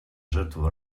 жертв